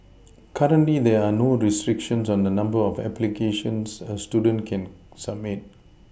currently there are no restrictions on the number of applications a student can submit